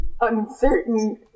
uncertain